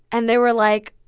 and they were like,